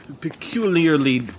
peculiarly